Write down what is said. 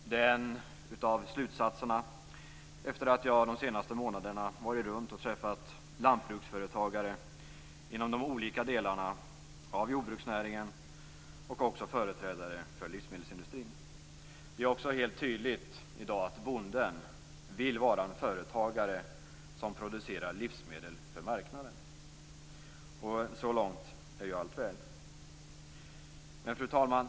Det är en slutsats som dragits efter det att jag under de senaste månaderna åkt runt och träffat lantbruksföretagare inom de olika delarna av jordbruksnäringen och också företrädare för livsmedelsindustrin. I dag är det också helt tydligt att bonden vill vara en företagare som producerar livsmedel för marknaden. Så långt är allt väl. Fru talman!